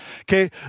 Okay